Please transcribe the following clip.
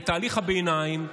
לתהליך הביניים,